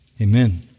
Amen